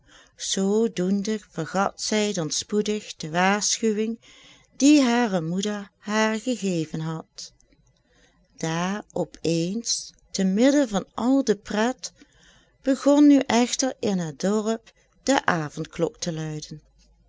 zoo doende vergat zij dan spoedig de waarschuwing die hare moeder haar gegeven had daar op eens te midden van al de pret begon nu echter in het dorp de avondklok te luiden